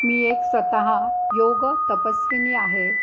मी एक स्वतः योग तपस्विनी आहे